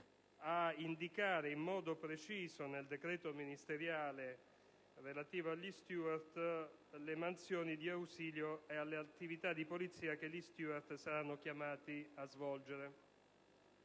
a indicare in modo preciso nel decreto ministeriale le mansioni di ausilio alle attività di polizia che gli *steward* saranno chiamati a svolgere».